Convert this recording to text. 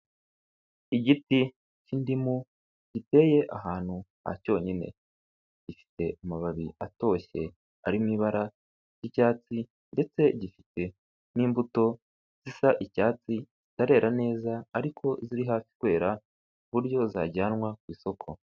Igiti k'indimu giteye ahantu hacyonyine, gifite amababi atoshye ari mu ibara ry'icyatsi ndetse gifite n'imbuto zisa icyatsi zitarera neza ariko ziri hafi kwera ku buryo zajyanwa ku isoko.